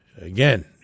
Again